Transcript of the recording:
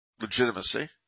legitimacy